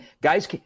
guys –